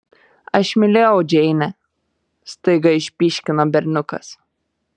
aš mylėjau džeinę staiga išpyškino berniukas